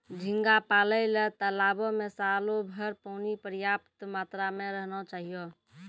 झींगा पालय ल तालाबो में सालोभर पानी पर्याप्त मात्रा में रहना चाहियो